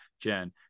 Jen